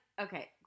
okay